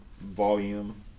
volume